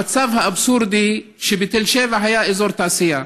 המצב האבסורדי הוא שבתל שבע היה אזור תעשייה,